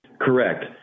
Correct